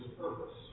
purpose